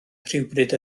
rhywbryd